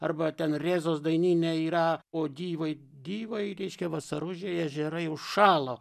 arba ten rėzos dainyne yra o dyvai dyvai reiškia vasaružėj ežerai užšalo